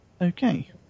Okay